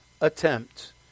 attempt